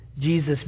Jesus